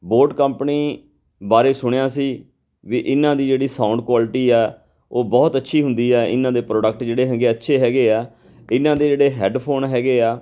boat company ਬਾਰੇ ਸੁਣਿਆ ਸੀ ਵੀ ਇਹਨਾਂ ਦੀ ਜਿਹੜੀ ਸਾਊਂਡ ਕੁਆਲਿਟੀ ਹੈ ਉਹ ਬਹੁਤ ਅੱਛੀ ਹੁੰਦੀ ਹੈ ਇਹਨਾਂ ਦੇ ਪ੍ਰੋਡਕਟ ਜਿਹੜੇ ਹੈਗੇ ਅੱਛੇ ਹੈਗੇ ਹੈ ਇਹਨਾਂ ਦੇ ਜਿਹੜੇ ਹੈਡਫੋਨ ਹੈਗੇ ਹੈ